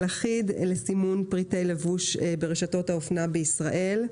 אחיד אלה סימון פריטי לבוש ברשתות האופנה בישראל".